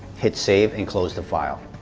hit save and close the file.